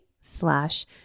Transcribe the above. slash